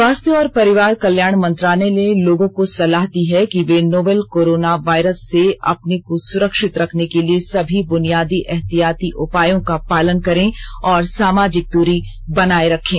स्वास्थ्य और परिवार कल्याण मंत्रालय ने लोगों को सलाह दी है कि वे नोवल कोरोना वायरस से अपने को सुरक्षित रखने के लिए सभी बुनियादी एहतियाती उपायों का पालन करें और सामाजिक दूरी बनाए रखें